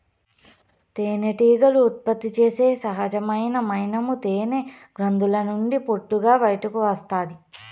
తేనెటీగలు ఉత్పత్తి చేసే సహజమైన మైనము తేనె గ్రంధుల నుండి పొట్టుగా బయటకు వస్తాది